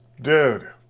Dude